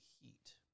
heat